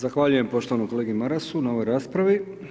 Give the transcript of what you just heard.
Zahvaljujem poštovanom kolegi Marasu na ovoj raspravi.